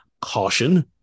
caution